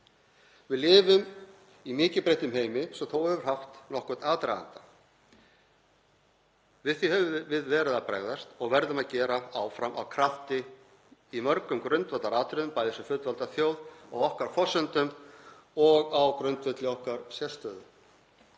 Við lifum í mikið breyttum heimi sem þó hefur haft nokkurn aðdraganda. Við því höfum við verið að bregðast og verðum að gera áfram af krafti í mörgum grundvallaratriðum, bæði sem fullvalda þjóð á okkar forsendum og á grundvelli okkar sérstöðu.